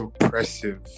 impressive